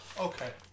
okay